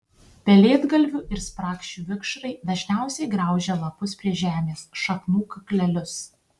pelėdgalvių ir sprakšių vikšrai dažniausiai graužia lapus prie žemės šaknų kaklelius